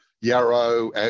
Yarrow